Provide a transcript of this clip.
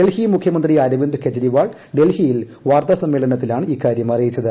ഡൽഹി മുഖ്യമന്ത്രി അരവിന്ദ് കെജ്രിവാൾ ഡൽഹിയിൽ വാർത്താ സമ്മേളനത്തിലാണ് ഇക്കാര്യം അറിയിച്ചത്